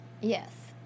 Yes